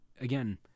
again